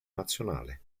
nazionale